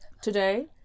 today